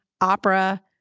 opera